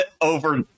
over